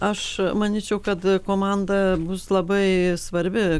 aš manyčiau kad komanda bus labai svarbi